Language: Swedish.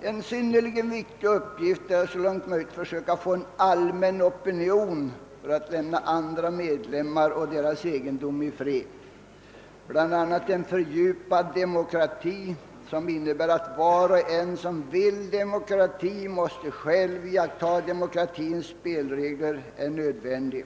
En synnerligen viktig uppgift är att så långt som möjligt försöka få en allmän opinion för att lämna andra samhällsmedlemmar och deras egendom i fred. Det är nödvändigt att uppnå en fördjupad demokrati, som innebär att var och en som vill ha demokrati själv iakttar demokratins spelregler.